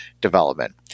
development